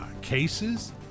cases